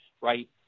right